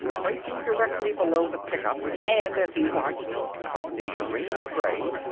pointing directly below the pickup, and as he watched, something green-gray,